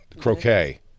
Croquet